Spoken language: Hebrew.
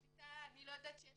אני לא יודעת שיש